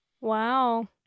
Wow